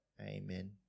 Amen